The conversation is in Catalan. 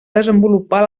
desenvolupar